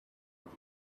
with